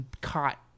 caught